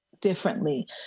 differently